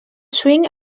swing